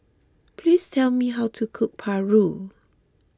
please tell me how to cook Paru